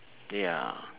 ya